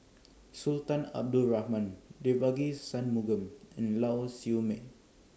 Sultan Abdul Rahman Devagi Sanmugam and Lau Siew Mei